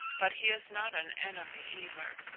but he is not an enemy either.